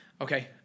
Okay